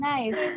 Nice